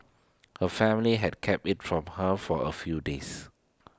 her family had kept IT from her for A few days